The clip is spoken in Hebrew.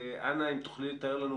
אנא, אם תוכלי גם לתאר לנו